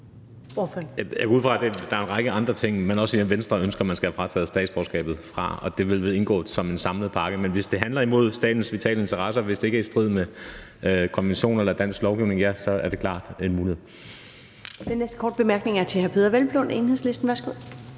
Jeg går ud fra, at der er en række andre ting, som man også i Venstre ønsker at man skal have frataget statsborgerskabet for. Og det vil indgå som en samlet pakke. Men hvis man handler imod statens vitale interesser, og hvis det ikke er i strid med konventionerne eller dansk lovgivning, ja, så er det klart en mulighed.